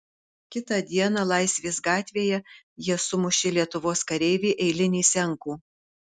kitą dieną laisvės gatvėje jie sumušė lietuvos kareivį eilinį senkų